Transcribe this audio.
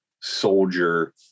soldier